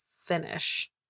finish